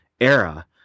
era